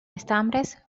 estambres